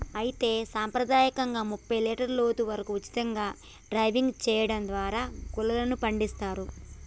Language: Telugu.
అయితే సంప్రదాయకంగా ముప్పై మీటర్ల లోతు వరకు ఉచితంగా డైవింగ్ సెయడం దారా గుల్లలను పండిస్తారు